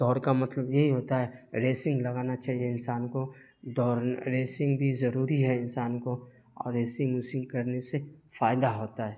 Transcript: دوڑ کا مطلب یہی ہوتا ہے ریسنگ لگانا چاہیے انسان کو دوڑ ریسنگ بھی ضروری ہے انسان کو اور ریسنگ وسنگ کرنے سے فائدہ ہوتا ہے